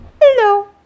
Hello